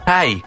Hey